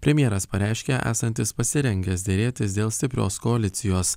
premjeras pareiškė esantis pasirengęs derėtis dėl stiprios koalicijos